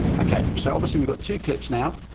okay, so obviously we've got two clips now.